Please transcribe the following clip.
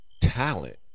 Talent